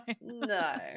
No